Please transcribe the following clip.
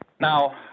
now